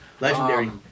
Legendary